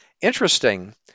Interesting